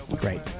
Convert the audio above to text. Great